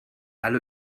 alle